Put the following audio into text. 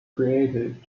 credited